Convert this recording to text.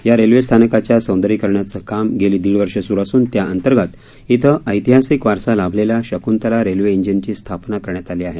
या रेल्वेस्थानकाच्या सौंदर्यीकरणाचं काम गेली दीड वर्ष स्रू असून त्याअंतर्गत इथं ऐतिहासिक वारसा लाभलेल्या शकृंतला रेल्वे इंजिनची स्थापना करण्यात आली आहे